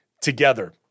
together